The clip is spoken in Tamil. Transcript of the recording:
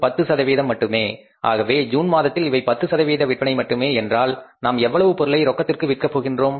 10 சதவிகிதம் மட்டுமே ஆகவே ஜூன் மாதத்தில் இவை 10 சதவிகித விற்பனை மட்டுமே என்றால் நாம் எவ்வளவு பொருளை ரொக்கத்திற்கு விற்க போகின்றோம்